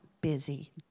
busy